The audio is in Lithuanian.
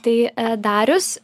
tai darius